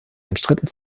umstritten